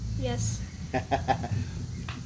Yes